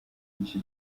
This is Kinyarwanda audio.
iki